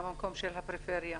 מהמקום של הפריפריה.